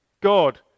God